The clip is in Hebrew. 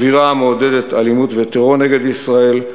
אווירה המעודדת אלימות וטרור נגד ישראל,